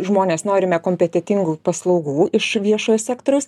žmonės norime kompetentingų paslaugų iš viešojo sektoriaus